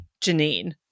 Janine